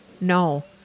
no